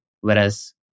whereas